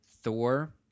Thor